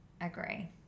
Agree